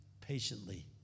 patiently